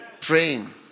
Praying